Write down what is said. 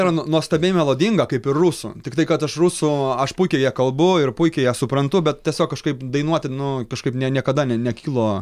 yra nuostabiai melodinga kaip ir rusų tiktai kad aš rusų aš puikiai ja kalbu ir puikiai ją suprantu bet tiesiog kažkaip dainuoti nu kažkaip ne niekada ne nekilo